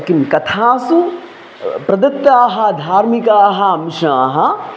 किं कथासु प्रदत्ताः धार्मिकाः अंशाः